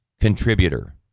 contributor